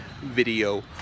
video